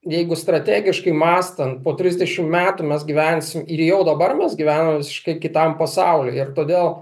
jeigu strategiškai mąstant po trisdešim metų mes gyvensim ir jau dabar mes gyvenam visiškai kitam pasauly ir todėl